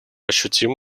ощутимых